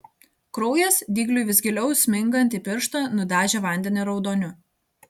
kraujas dygliui vis giliau smingant į pirštą nudažė vandenį raudoniu